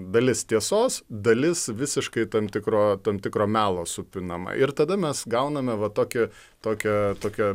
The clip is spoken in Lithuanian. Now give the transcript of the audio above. dalis tiesos dalis visiškai tam tikro tam tikro melo supinama ir tada mes gauname va tokį tokią tokią